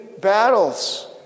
battles